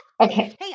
Okay